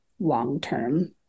long-term